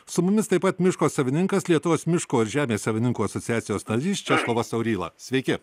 su mumis taip pat miško savininkas lietuvos miško ir žemės savininkų asociacijos narys česlovas auryla sveiki